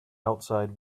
outside